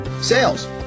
sales